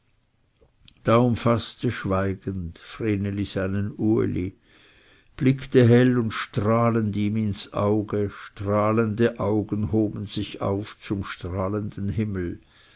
da umfaßte schweigend vreneli seinen uli blickte hell und strahlend ihm ins auge strahlende augen hoben sich auf zum strahlenden himmel